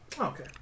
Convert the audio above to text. Okay